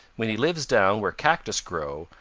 when he lives down where cactus grow,